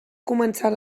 començar